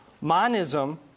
Monism